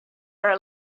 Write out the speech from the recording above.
are